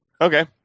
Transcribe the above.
Okay